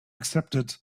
accepted